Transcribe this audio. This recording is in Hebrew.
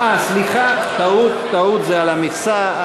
סליחה, טעות, זה על המכסה.